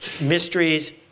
mysteries